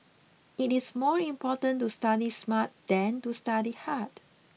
it is more important to study smart than to study hard